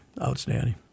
outstanding